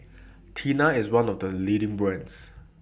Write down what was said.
Tena IS one of The leading brands